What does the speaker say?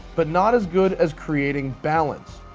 but not as good as creating balance.